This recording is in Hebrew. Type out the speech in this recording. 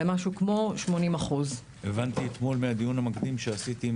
למשהו כמו 80%. הבנתי אתמול מהדיון המקדים שעשיתי עם